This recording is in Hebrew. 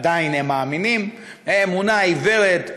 עדיין הם מאמינים אמונה עיוורת,